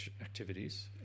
activities